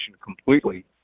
completely